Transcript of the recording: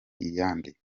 iyande